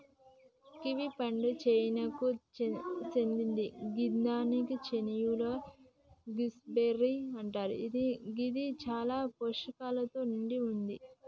kiwi పండు చైనాకు సేందింది గిదాన్ని చైనీయుల గూస్బెర్రీ అంటరు గిది చాలా పోషకాలతో నిండి వుంది